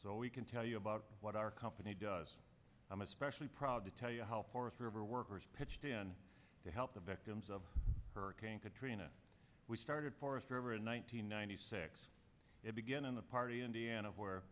so we can tell you about what our company does i'm especially proud to tell you how forest river workers pitched in to help the victims of hurricane katrina we started forest river in one thousand nine hundred six it began in the party indiana where